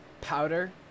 powder